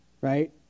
right